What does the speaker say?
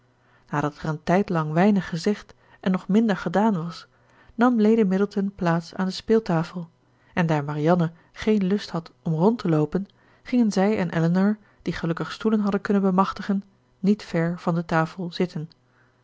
nadat er een tijdlang weinig gezegd en nog minder gedaan was nam lady middleton plaats aan de speeltafel en daar marianne geen lust had om rond te loopen gingen zij en elinor die gelukkig stoelen hadden kunnen bemachtigen niet ver van de tafel zitten